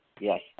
Yes